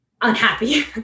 unhappy